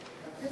הרשות